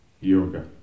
Yoga